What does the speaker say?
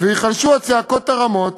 וייחלשו הצעקות הרמות